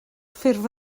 ffurf